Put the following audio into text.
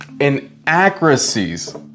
inaccuracies